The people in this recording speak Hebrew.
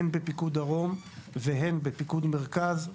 הן בפיקוד דרום הן בפיקוד מרכז,